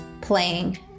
playing